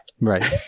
Right